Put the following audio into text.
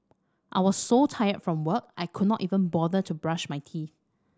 I was so tired from work I could not even bother to brush my teeth